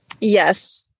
Yes